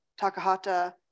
Takahata